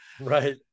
Right